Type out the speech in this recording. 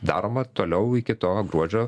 daroma toliau iki to gruodžio